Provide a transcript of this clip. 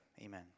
amen